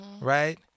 right